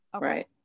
Right